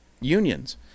unions